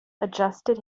adjusted